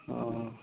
ᱚᱻ